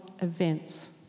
events